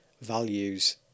values